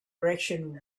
direction